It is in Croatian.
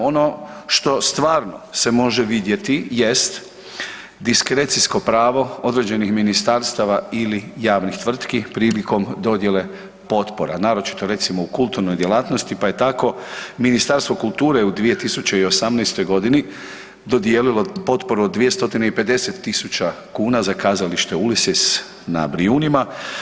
Ono što stvarno se može vidjeti jest diskrecijsko pravo određenih ministarstava ili javnih tvrtki prilikom dodjele potpora naročito recimo u kulturnoj djelatnosti, pa je tako Ministarstvo kulture u 2018. godini dodijelilo potporu od 250 000 kuna za kazalište Ulysses na Brijunima.